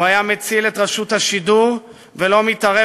הוא היה מציל את רשות השידור ולא מתערב